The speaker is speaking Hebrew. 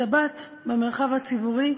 השבת במרחב הציבורי,